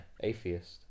Atheist